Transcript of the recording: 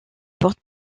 porte